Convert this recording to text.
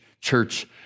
church